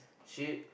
should